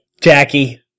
Jackie